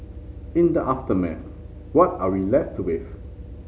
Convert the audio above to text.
in the aftermath what are we left with